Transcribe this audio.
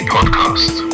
Podcast